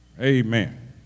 amen